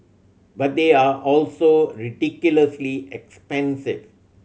but they are also ridiculously expensive